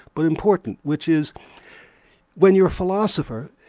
but important, which is when you're a philosopher,